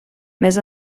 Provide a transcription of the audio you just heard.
més